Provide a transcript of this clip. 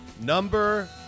Number